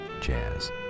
jazz